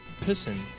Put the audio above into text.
pissing